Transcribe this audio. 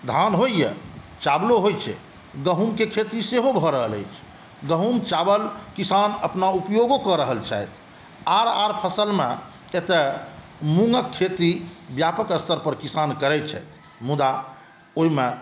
धान होइया चावलो होइ छै गहूँम के खेती सेहो भऽ रहल अछि गहूँम चावल किसान अपना ऊपयोगो कऽ रहल छथि आर आर फसलमे एतऽ मूँगके खेती व्यापक स्तर पर किसान करै छथि मुदा ओहिमे